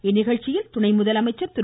இந்நிகழ்ச்சியில் துணை முதலமைச்சர் திரு